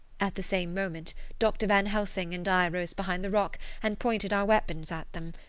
at the same moment dr. van helsing and i rose behind the rock and pointed our weapons at them.